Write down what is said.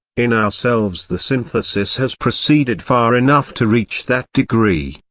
in ourselves the synthesis has proceeded far enough to reach that degree,